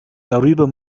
darüber